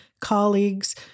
colleagues